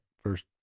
First